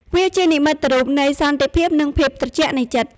វាជានិមិត្តរូបនៃសន្តិភាពនិងភាពត្រជាក់នៃចិត្ត។